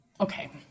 Okay